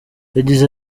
yagize